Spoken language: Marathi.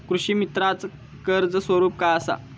कृषीमित्राच कर्ज स्वरूप काय असा?